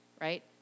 right